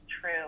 true